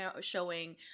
showing